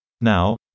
Now